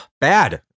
Bad